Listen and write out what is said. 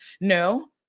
No